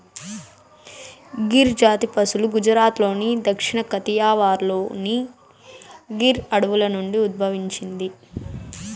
గిర్ జాతి పసులు గుజరాత్లోని దక్షిణ కతియావార్లోని గిర్ అడవుల నుండి ఉద్భవించింది